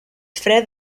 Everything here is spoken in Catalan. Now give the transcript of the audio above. fre